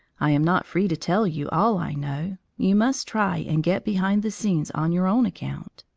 i am not free to tell you all i know you must try and get behind the scenes on your own account.